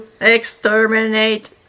Exterminate